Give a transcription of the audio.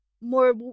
more